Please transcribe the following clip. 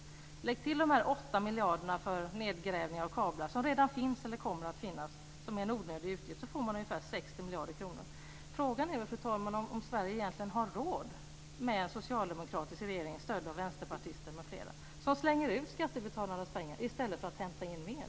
Lägger man till de 8 miljarderna för nedgrävning av kablar som redan finns eller kommer att finnas - en onödig utgift - får man ungefär 60 miljarder kronor. Frågan är väl, fru talman, om Sverige egentligen har råd med en socialdemokratisk regering, stödd av vänsterpartister m.fl., som slänger ut skattebetalarnas pengar i stället för att hämta in mer.